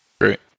Great